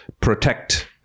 protect